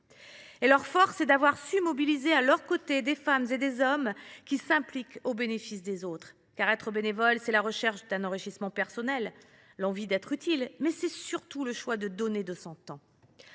Leur force est d’avoir su mobiliser à leurs côtés des femmes et des hommes qui s’impliquent aux bénéfices des autres. Être bénévole, c’est la recherche d’un enrichissement personnel, l’envie d’être utile, mais c’est surtout le choix de donner de son temps.